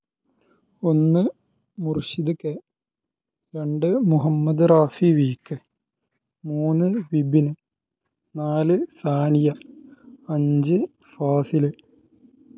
ഒന്ന് മുര്ഷിദ് കെ രണ്ട് Muhammad Rashi V K മൂന്ന് വിപിന് നാല് സാനിയ അഞ്ച് ഫാസിൽ